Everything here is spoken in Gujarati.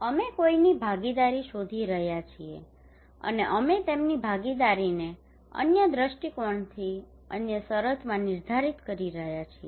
અમે કોઈની ભાગીદારી શોધી રહ્યા છીએ અને અમે તેમની ભાગીદારીને અન્ય દ્રષ્ટિકોણથી અન્ય શરતોમાં નિર્ધારિત કરી રહ્યાં છીએ